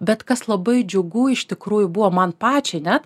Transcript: bet kas labai džiugu iš tikrųjų buvo man pačiai net